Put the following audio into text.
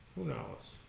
who knows